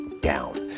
down